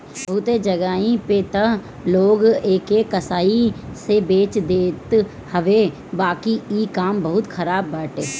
बहुते जगही पे तअ लोग एके कसाई से बेच देत हवे बाकी इ काम बहुते खराब बाटे